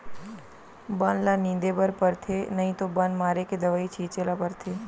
बन ल निंदे बर परथे नइ तो बन मारे के दवई छिंचे ल परथे